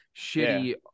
shitty